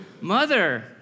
mother